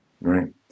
Right